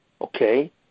okay